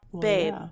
babe